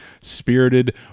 spirited